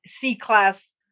C-class